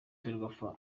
ferwafa